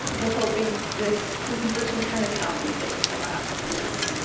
we're hoping this presentation kind of compensates for that.